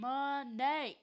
Money